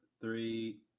three